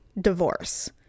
divorce